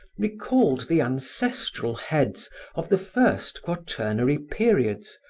recalled the ancestral heads of the first quaternary periods,